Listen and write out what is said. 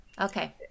Okay